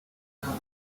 maguru